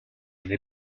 n’ai